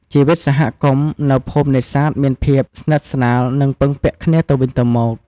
ជីវិតសហគមន៍ នៅភូមិនេសាទមានភាព ស្និទ្ធស្នាល និងពឹងពាក់គ្នាទៅវិញទៅមក។